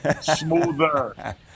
Smoother